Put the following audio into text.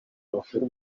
bavura